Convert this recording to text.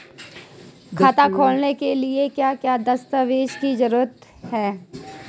खाता खोलने के लिए क्या क्या दस्तावेज़ की जरूरत है?